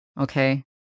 okay